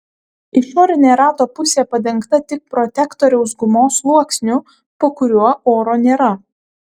išorinė rato pusė padengta tik protektoriaus gumos sluoksniu po kuriuo oro nėra